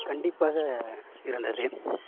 கண்டிப்பாக இருந்தது